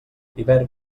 hivern